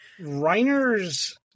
Reiner's